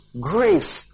Grace